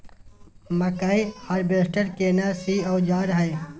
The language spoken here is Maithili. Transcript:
मकई हारवेस्टर केना सी औजार हय?